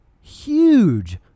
huge